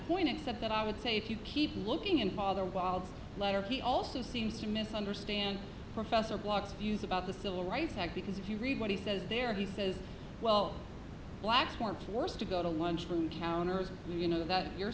point except that i would say if you keep looking in father wildes letter he also seems to misunderstand professor blocks views about the civil rights act because if you read what he says there he says well blacks weren't forced to go to lunch from counters you know that you're